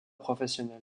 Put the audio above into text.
professionnel